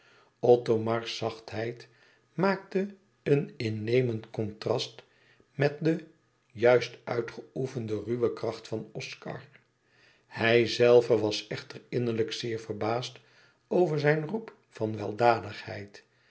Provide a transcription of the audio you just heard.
othomars zachtheid maakte een innemend contrast met de juist uitgeoefende ruwe kracht van oscar hijzelve was echter e ids aargang innerlijk zeer verbaasd over zijn roep van